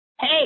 Hey